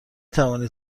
توانید